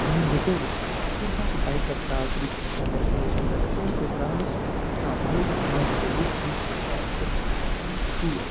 میٛٲنۍ گُزٲرِش زِ ییٚمہِ ساتہٕ تہِ بایکر درٛاو ٹرٛپہِ پٮ۪ٹھ ڈیٚسٹِنیشن پٮ۪ٹھ کُن تہِ درٛاو نَہ سُہ کانٛہہ نیچرک مَزٕ تُل وُچھ أنٛدۍ پٔکۍ کیٛاہ چھُ تہٕ مےٚ چھُ شوق